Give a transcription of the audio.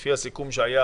ולפי הסיכום שהיה